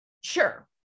Sure